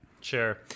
Sure